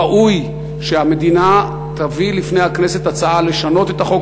ראוי שהמדינה תביא לפני הכנסת הצעה לשנות את החוק